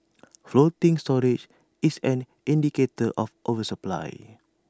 floating storage is an indicator of oversupply